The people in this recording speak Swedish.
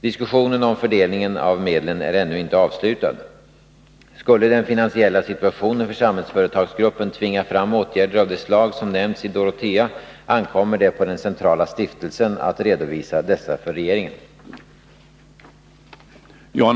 Diskussionen om fördelningen av medlen är ännu inte avslutad. Skulle den finansiella situationen för Samhällsföretagsgruppen tvinga fram åtgärder av det slag som nämnts i Dorotea ankommer det på den centrala stiftelsen att redovisa dessa för regeringen.